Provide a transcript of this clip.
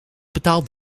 betaald